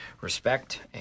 respect